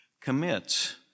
commits